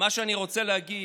מה שאני רוצה להגיד,